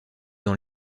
dans